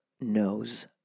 knows